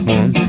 one